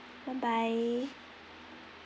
bye bye